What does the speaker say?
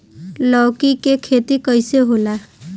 लौकी के खेती कइसे होला?